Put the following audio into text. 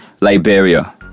Liberia